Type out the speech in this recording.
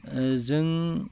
जों